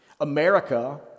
America